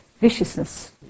viciousness